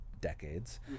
decades